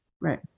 Right